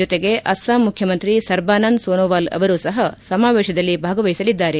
ಜೊತೆಗೆ ಅಸ್ತಾಂ ಮುಖ್ಯಮಂತ್ರಿ ಸರ್ಬಾನಂದ್ ಸೋನೋವಾಲ್ ಅವರು ಸಹ ಸಮಾವೇಶದಲ್ಲಿ ಭಾಗವಹಿಸಲಿದ್ದಾರೆ